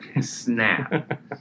Snap